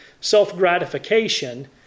self-gratification